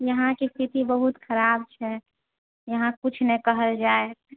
यहाँ कि स्थिति बहुत खराब छै यहाँ किछु नहि कहल जाए